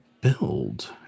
build